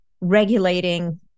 regulating